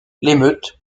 l’émeute